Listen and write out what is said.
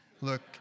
look